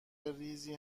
ریزی